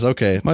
Okay